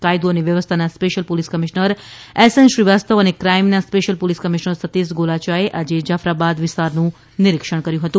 કાયદી અને વ્યવસ્થાના special police commissioner S N Shrivastava અને કાઇમના સ્પેશ્યલ પોલીસ કમિશનર સતીષ ગોલયાએ આજે જાફરાબાદ વિસ્તારનું નિરિક્ષણ કર્યું હતું